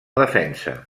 defensa